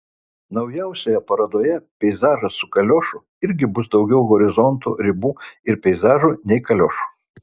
naujausioje parodoje peizažas su kaliošu irgi bus daugiau horizontų ribų ir peizažų nei kaliošų